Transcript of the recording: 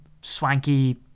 swanky